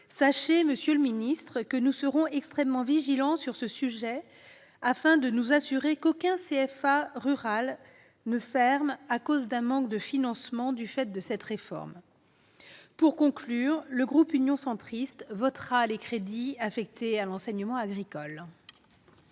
sachez, monsieur le ministre, que nous serons extrêmement vigilants sur ce sujet, afin de nous assurer qu'aucun CFA rural ne ferme à cause d'un manque de financement induit par cette réforme. Pour conclure, j'indique que le groupe Union Centriste votera les crédits affectés à l'enseignement agricole.